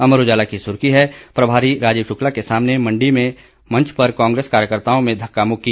अमर उजाला की सुर्खी है प्रभारी राजीव शुक्ला के सामने मंडी में मंच पर कांग्रेस कार्यकर्ताओ में धक्का मुक्की